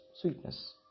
sweetness